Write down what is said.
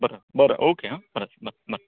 बरें बरें ओके हां बरें बरें बरें